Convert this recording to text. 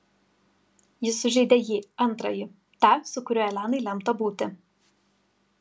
jis sužeidė jį antrąjį tą su kuriuo elenai lemta būti